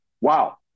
Wow